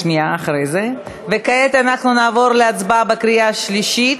כעת נעבור להצבעה בקריאה שלישית.